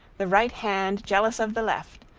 the right hand jealous of the left!